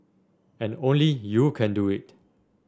and only you can do it